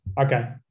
Okay